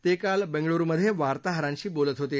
ते काल बेंगळुरुमधे वार्ताहरांशी बोलत होते